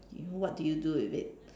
you what do you do with it